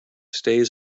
stays